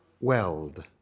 Weld